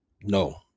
no